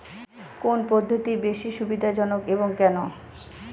কোন পদ্ধতি বেশি সুবিধাজনক এবং কেন?